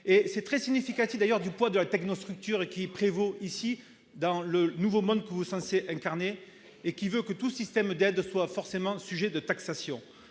d'ailleurs significatif du poids de la technostructure qui prévaut dans le nouveau monde que vous êtes censé incarner, et qui veut que tout système d'aide soit forcément l'objet de taxations.